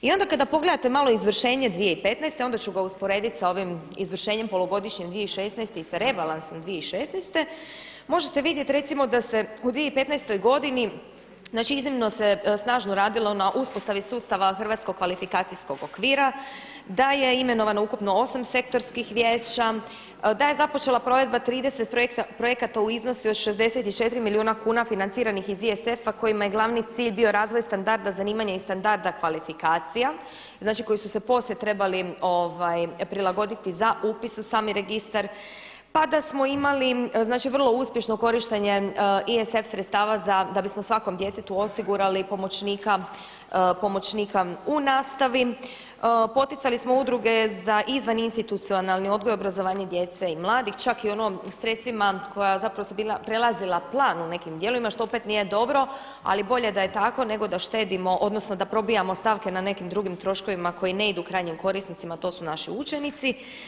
I onda kada pogledate malo izvršenje 2015. onda ću ga usporediti sa ovim izvršenjem polugodišnjim 2016. i sa rebalansom 2016., možete vidjeti recimo da se u 2015. godini znači iznimno se snažno radilo na uspostavi sustava hrvatskog kvalifikacijskog okvira, da je imenovano ukupno 8 sektorskih vijeća, da je započela provedba 30 projekata u iznosu od 64 milijuna kuna financiranih iz ISF kojima je glavni cilj razvoj standarda zanimanje i standarda kvalifikacija koji su se poslije trebali prilagoditi za upis u sami registar, pa da smo imali vrlo uspješno korištenje ISF sredstava da bismo svakom djetetu osigurali pomoćnika u nastavi, poticali smo udruge za izvaninstitucionalni odgoj, obrazovanje djece i mladih, čak i u sredstvima koja su bila prelazila plan u nekim dijelovima što opet nije dobro, ali bolje da je tako nego da štedimo odnosno da probijamo stavke na nekim drugim troškovima koji ne idu krajnjim korisnicima, a to su naši učenici.